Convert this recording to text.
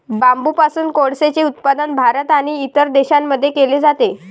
बांबूपासून कोळसेचे उत्पादन भारत आणि इतर देशांमध्ये केले जाते